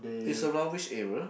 is a roundish area